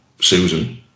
Susan